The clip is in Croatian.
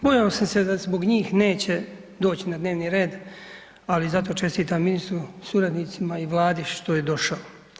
Bojao sam se da zbog njih neće doć na dnevni red, ali zato čestitam ministru, suradnicima i Vladi što je došao.